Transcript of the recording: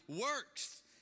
works